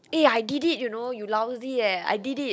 eh I did it you know you lousy eh I did it